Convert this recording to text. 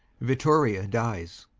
vittoria dies.